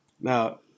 Now